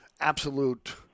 absolute